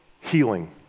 healing